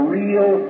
real